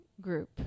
Group